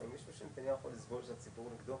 ברמה של לתת מענה בשינוי סידרי עדיפויות.